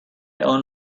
own